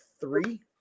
three